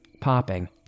popping